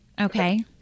Okay